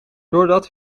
doordat